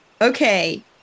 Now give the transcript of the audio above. Okay